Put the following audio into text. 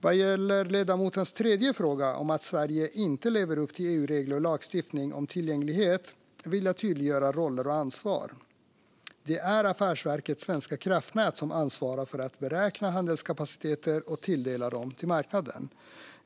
Vad gäller ledamotens tredje fråga om att Sverige inte lever upp till EU-regler och lagstiftning om tillgänglighet vill jag tydliggöra roller och ansvar. Det är Affärsverket svenska kraftnät som ansvarar för att beräkna handelskapaciteter och tilldela dem till marknaden.